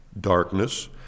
darkness